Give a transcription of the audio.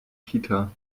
kita